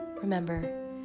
Remember